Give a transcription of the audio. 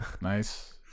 Nice